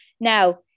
Now